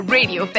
Radio